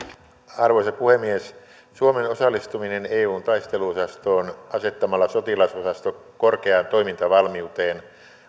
arvoisa puhemies suomen osallistuminen eun taisteluosastoon asettamalla sotilasosasto korkeaan toimintavalmiuteen